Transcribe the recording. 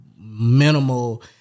minimal